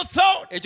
thought